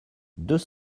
deux